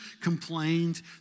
complained